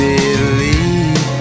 believe